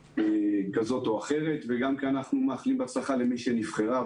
כזאת או אחרת וגם כי אנחנו מאחלים הצלחה למי שנבחרה.